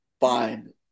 fine